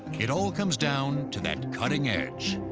it all comes down to that cutting edge.